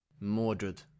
mordred